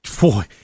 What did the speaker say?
boy